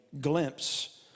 glimpse